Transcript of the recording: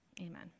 Amen